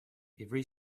every